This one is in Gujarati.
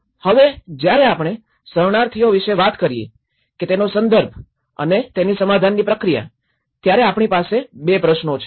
હવે જયારે આપણે શરણાર્થીઓ વિષે વાત કરીયે કે તેનો સંદર્ભ અને તેની સમાધાન પ્રક્રિયા ત્યારે આપણી પાસે બે પ્રશ્નો છે